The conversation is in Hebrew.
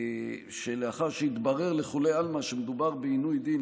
שלאחר שהתברר לכולי עלמא שמדובר בעינוי דין,